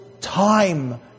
time